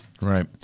Right